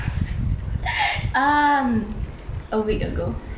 um a week ago